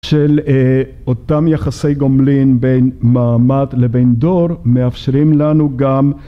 של אותם יחסי גומלין בין מעמד לבין דור מאפשרים לנו גם